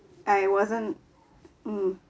I wasn't mm